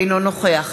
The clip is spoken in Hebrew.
אינו נוכח